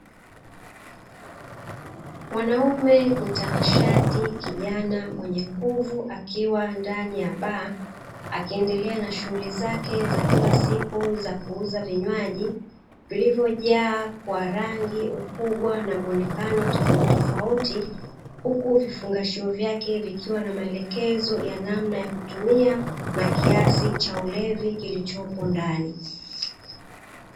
Mwanamume mtanashati kijana mwenye nguvu akiwa ndani ya baa, akiendelea na shughuli zake za kila siku za kuuza vinywaji vilivyojaa kwa rangi, ukubwa na muonekano tofautitofauti, huku vifungashio vyake vikiwa na maelekezo ya namna ya kutumia, na kiasi cha ulevi kilichopo ndani.